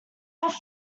have